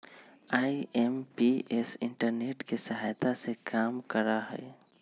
IMPS internet के सहायता से काम करा हई